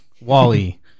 Wally